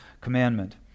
commandment